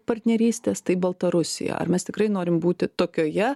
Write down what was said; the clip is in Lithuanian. partnerystės tai baltarusija ar mes tikrai norim būti tokioje